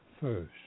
first